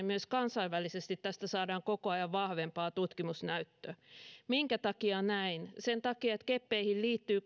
suomessa myös kansainvälisesti tästä saadaan koko ajan vahvempaa tutkimusnäyttöä minkä takia näin sen takia että keppeihin liittyy